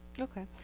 Okay